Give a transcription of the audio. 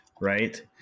right